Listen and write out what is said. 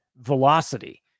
velocity